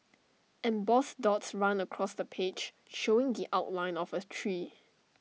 embossed dots run across the page showing outline of A tree